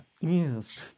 yes